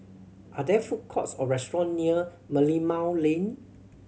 are there food courts or restaurant near Merlimau Lane